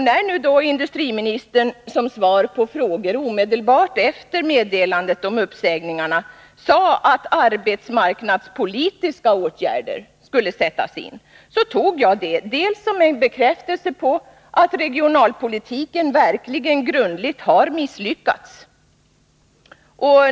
När då industriministern som svar på frågor omedelbart efter meddelandet om uppsägningarna sade att arbetsmarknadspolitiska åtgärder skulle sättas in, tog jag det som en bekräftelse på att regionalpolitiken verkligen grundligt har misslyckats.